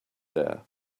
there